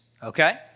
Okay